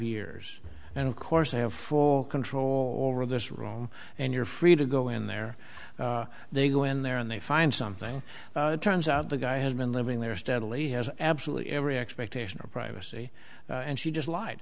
years and of course i have four control over this room and you're free to go in there they go in there and they find something turns out the guy has been living there steadily has absolutely every expectation of privacy and she just lied